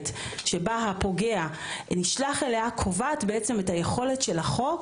שבה הפוגע נשלח אליה קובעת בעצם את היכולת של החוק